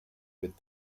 with